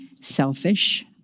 selfish